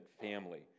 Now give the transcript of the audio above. family